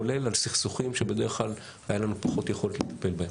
כולל על סכסוכים שבדרך כלל הייתה לנו פחות יכולת לטפל בהם.